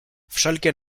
wszelkie